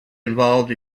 involved